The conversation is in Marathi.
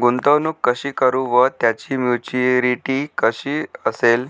गुंतवणूक कशी करु व त्याची मॅच्युरिटी कशी असेल?